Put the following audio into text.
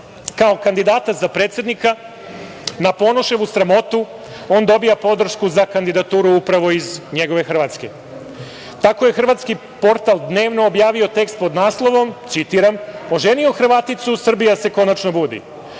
kao kandidata za predsednika na Ponoševu sramotu on dobija podršku za kandidaturu upravo iz njegove Hrvatske. Tako je Hrvatski portal „Dnevno“ objavio tekst pod naslovom, citiram – „Oženio Hrvaticu, Srbija se konačno budi“.